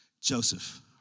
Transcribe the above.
Joseph